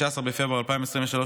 15 בפברואר 2023,